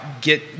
get